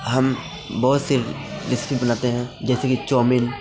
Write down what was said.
हम बहुत से बिस्किट बनाते हैं जैसे कि चाउमीन